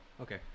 Okay